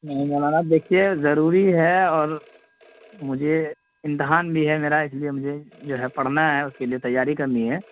نہیں مولانا دیکھیے ضروری ہے اور مجھے امتحان بھی ہے میرا اس لیے مجھے جو ہے پڑھنا ہے اس کے لیے تیاری کرنی ہے